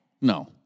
No